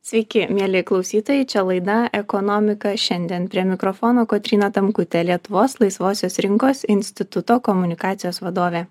sveiki mieli klausytojai čia laida ekonomika šiandien prie mikrofono kotryna tamkutė lietuvos laisvosios rinkos instituto komunikacijos vadovė